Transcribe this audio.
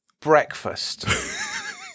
breakfast